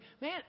Man